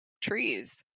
trees